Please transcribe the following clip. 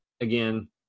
again